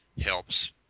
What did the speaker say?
helps